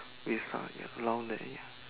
with lah around there ya